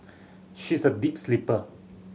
she's a deep sleeper